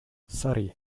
sorry